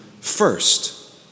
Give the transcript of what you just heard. first